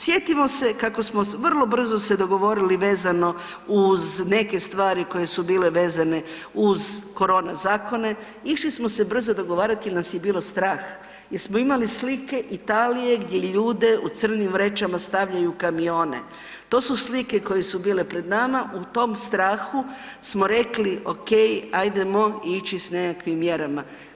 Sjetimo se kako smo se vrlo brzo dogovorili vezano uz neke stvari koje su bile vezane uz korona zakone, išli smo se brzo dogovarati jer nas je bilo strah jer smo imali slike Italije gdje ljude u crnim vrećama stavljaju u kamione, to su slike koje su bile pred nama u tom strahu smo rekli ok, ajdemo ići s nekakvim mjerama.